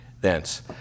thence